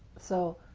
so